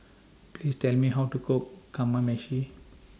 Please Tell Me How to Cook Kamameshi